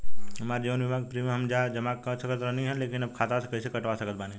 हमार जीवन बीमा के प्रीमीयम हम जा के जमा करत रहनी ह लेकिन अब खाता से कइसे कटवा सकत बानी?